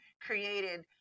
created